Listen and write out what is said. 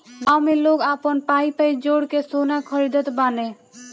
गांव में लोग आपन पाई पाई जोड़ के सोना खरीदत बाने